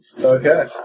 Okay